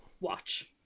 watch